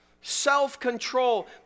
self-control